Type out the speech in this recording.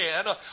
again